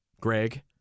Greg